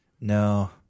No